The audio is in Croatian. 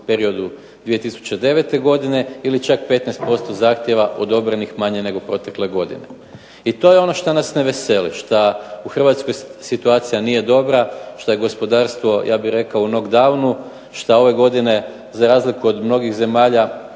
periodu 2009. godine ili čak 15% zahtjeva odobrenih manje nego protekle godine. I to je ono što nas ne veseli, što u Hrvatskoj situacija nije dobra, što je gospodarstvo ja bih rekao u knock downu, što ove godine za razliku od mnogih zemalja,